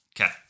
Okay